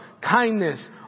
kindness